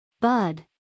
Bud